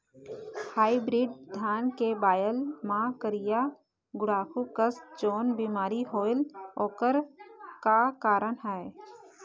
Hybrid धान के बायेल मां करिया गुड़ाखू कस जोन बीमारी होएल ओकर का कारण हे?